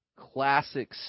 classic